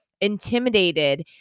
intimidated